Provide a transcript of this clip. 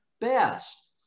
best